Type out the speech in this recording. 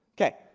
Okay